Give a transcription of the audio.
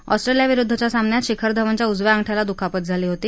अॅस्ट्रेलियाविरुद्धच्या सामन्यात शिखर धवनच्या उजव्या अंगठ्याला दुखापत झाली होती